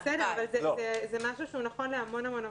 אבל זה נכון לגבי המון עובדים.